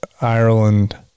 Ireland